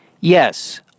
yes